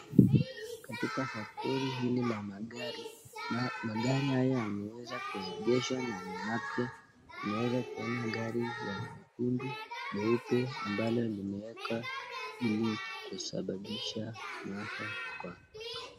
Katika factori hili ya magari. Magari haya yameweza kuegeshwa na ni mapya unaweza kuona gari nyekundu, nyeupe ambalo limewekwa ili kusababisha maafa kwa..